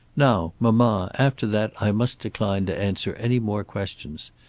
now, mamma, after that i must decline to answer any more questions.